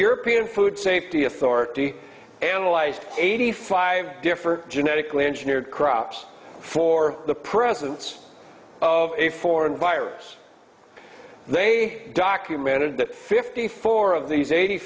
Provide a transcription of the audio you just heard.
european food safety authority analyzed eighty five different genetically engineered crops for the presence of a foreign virus they documented that fifty four of these eighty